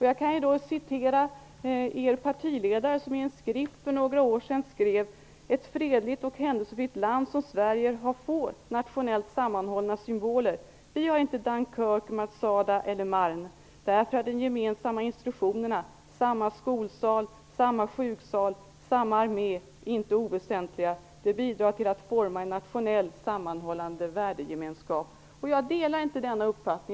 Jag kan citera en skrift där er partiledare för några år sedan skrev: ''Ett fredligt och ''händelsefritt' land som Sverige har få nationellt sammanhållande symboler. Vi har inget Dunkerque, Massada eller Marne. Därför är de gemensamma institutioner -- samma skolsal, samma sjuksal, samma armé -- inte oväsentliga. De bidrar till att forma en nationell sammanhållande värdegemenskap.'' Jag delar inte denna uppfattning.